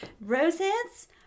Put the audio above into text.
roses